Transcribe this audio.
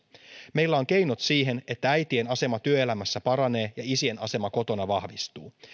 meillä on keinot siihen että äitien asema työelämässä paranee ja isien asema kotona vahvistuu